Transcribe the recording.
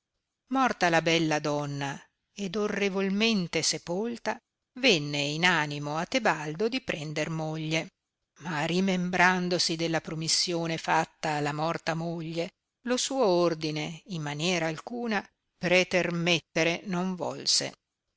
morta la bella donna ed orrevolmente sepolta venne in animo a tebaldo di prender moglie ma rimembrandosi della promissione fatta alla morta moglie lo suo ordine in maniera alcuna pretermettere non volse